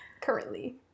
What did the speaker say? currently